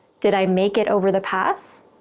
did i make it over the pass?